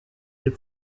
les